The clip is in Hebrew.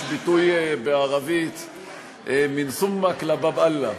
יש ביטוי בערבית: מן תֻמכ לבאב אללה.